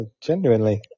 genuinely